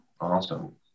Awesome